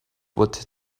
what